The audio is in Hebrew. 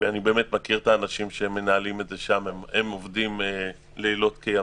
אני מכיר את האנשים שעובדים שם והם עושים לילות כימים,